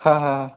हां हां